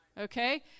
Okay